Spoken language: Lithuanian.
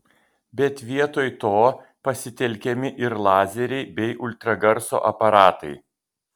bet vietoj to pasitelkiami ir lazeriai bei ultragarso aparatai